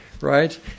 Right